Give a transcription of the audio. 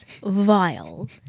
vile